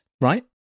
right